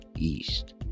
east